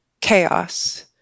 chaos